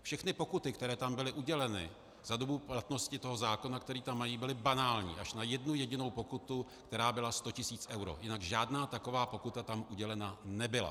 Všechny pokuty, které tam byly uděleny za dobu platnosti zákona, který tam mají, byly banální až na jednu jedinou pokutu, která byla 100 tisíc eur, jinak žádná taková pokuta udělena nebyla.